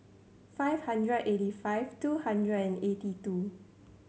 five hundred eighty five two hundred and eighty two